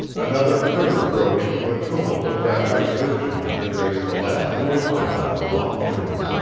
another crew, broke into a tumult of rapid exertion as they raced the last quarter mile of the long journey.